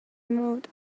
moved